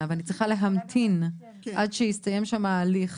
ואני צריכה להמתין עד שיסתיים שם ההליך